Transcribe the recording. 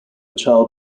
child